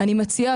אני מציעה,